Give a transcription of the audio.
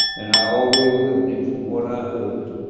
and i always will be, from what i heard